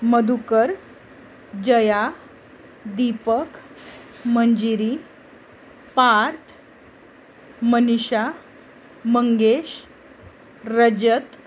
Madhukar Jaya Deepak Manjiri Parth Manisha Mangesh Rajat